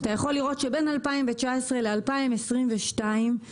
אתה יכול לראות שבין 2019 ל-2022 יש